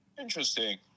Interesting